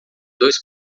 dois